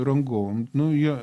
rangovam nu jie